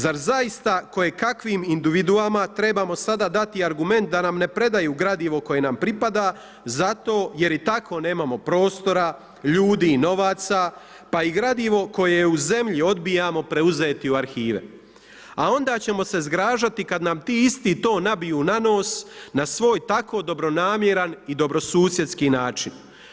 Zar zaista kojekakvim individuama trebamo sada dati argument da nam ne predaju gradivo koje nam pripada zato jer i tako nemamo prostora, ljudi i novaca pa i gradivo koje je u zemlji odbijamo preuzeti u arhive, a onda ćemo se zgražati kada nam ti isti to nabiju na nos na svoj tako dobronamjeran i dobrosusjedski način.